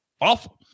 awful